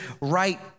right